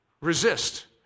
Resist